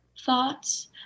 thoughts